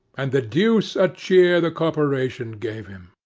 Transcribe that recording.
and the deuce a cheer the corporation gave him.